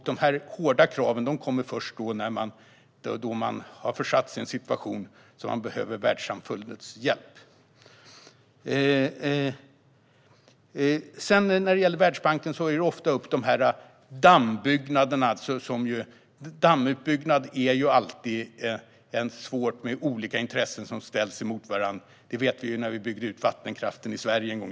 De hårda kraven kommer först då man har försatt sig i en sådan situation att man behöver världssamfundets hjälp. När det gäller Världsbanken tar man ofta upp dammbyggena. Vid dammbyggen är det alltid svårt, och olika intressen ställs mot varandra. Det vet vi från när vi en gång i tiden byggde ut vattenkraften i Sverige.